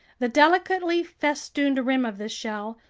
the delicately festooned rim of this shell,